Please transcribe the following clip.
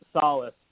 Solace